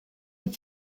have